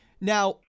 Now